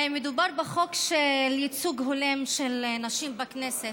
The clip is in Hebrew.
מדובר בחוק של ייצוג הולם של נשים בכנסת.